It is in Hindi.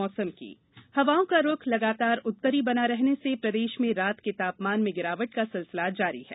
मौसम हवाओं का रुख लगातार उत्तरी बना रहने से प्रदेश में रात के तापमान में गिरावट का सिलसिला जारी है